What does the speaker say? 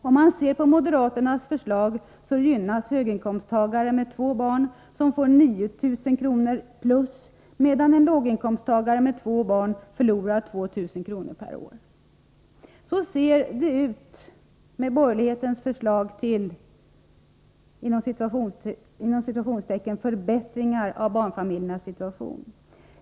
Om man ser på moderaternas förslag visar det sig att höginkomsttagare med två barn gynnas. De får 9 000 kr. plus, medan en låginkomsttagare med två barn förlorar 2 000 kr. per år. Så ser det ut med borgerlighetens förslag till ”förbättringar” av barnfamiljernas situation.